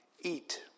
eat